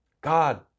God